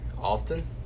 often